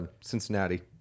Cincinnati